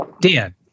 Dan